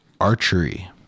archery